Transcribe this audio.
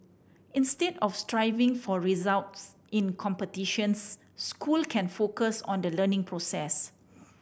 instead of striving for results in competitions school can focus on the learning process